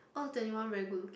oh twenty one very good looking